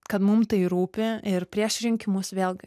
kad mum tai rūpi ir prieš rinkimus vėlgi